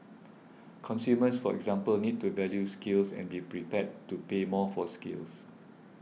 consumers for example need to value skills and be prepared to pay more for skills